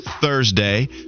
Thursday